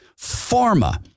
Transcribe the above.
pharma